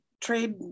trade